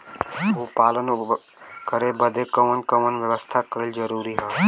गोपालन करे बदे कवन कवन व्यवस्था कइल जरूरी ह?